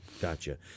Gotcha